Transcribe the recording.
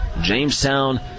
Jamestown